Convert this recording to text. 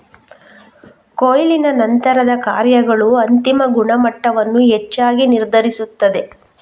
ಕೊಯ್ಲಿನ ನಂತರದ ಕಾರ್ಯಗಳು ಅಂತಿಮ ಗುಣಮಟ್ಟವನ್ನು ಹೆಚ್ಚಾಗಿ ನಿರ್ಧರಿಸುತ್ತದೆ